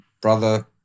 brother